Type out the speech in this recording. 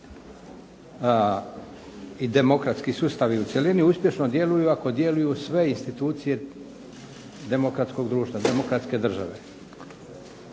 i demokratski sustavi u cjelini uspješno djeluju ako djeluju sve institucije demokratskog društva, demokratske države.